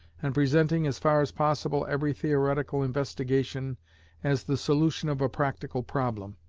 and presenting as far as possible every theoretical investigation as the solution of a practical problem.